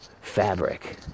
fabric